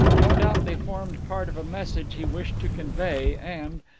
no doubt they formed part of a message he wished to convey and,